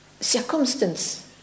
circumstance